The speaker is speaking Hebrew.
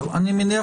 זה יגיע